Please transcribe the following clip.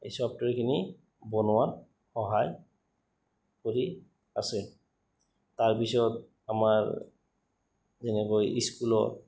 এই ছফ্টৱেৰখিনি বনোৱাৰাত সহায় কৰি আছে তাৰপিছত আমাৰ যেনেকৈ স্কুলত